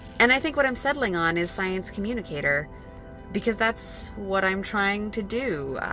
and i think what i'm settling on is science communicator because that's what i'm trying to do,